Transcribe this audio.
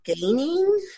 gaining